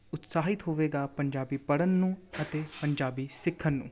ਉਤਸ਼ਾਹਿਤ ਹੋਵੇਗਾ ਪੰਜਾਬੀ ਪੜ੍ਹਨ ਨੂੰ ਅਤੇ ਪੰਜਾਬੀ ਸਿੱਖਣ ਨੂੰ